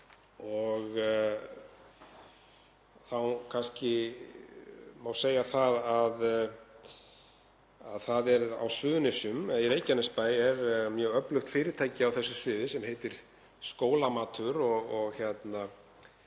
þá kannski má segja að það er á Suðurnesjum, eða í Reykjanesbæ, mjög öflugt fyrirtæki á þessu sviði sem heitir Skólamatur,